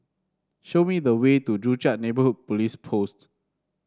show me the way to Joo Chiat Neighbourhood Police Post